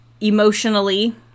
emotionally